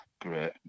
great